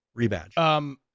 Rebadge